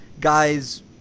guys